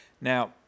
Now